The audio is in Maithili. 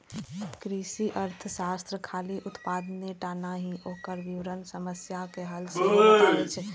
कृषि अर्थशास्त्र खाली उत्पादने टा नहि, ओकर वितरण समस्याक हल सेहो बतबै छै